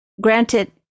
granted